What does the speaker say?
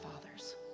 fathers